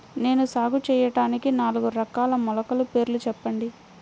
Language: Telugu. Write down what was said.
నేను సాగు చేయటానికి నాలుగు రకాల మొలకల పేర్లు చెప్పండి?